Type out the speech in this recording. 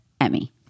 Emmy